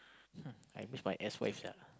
hmm I miss my ex wife sia